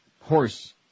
horse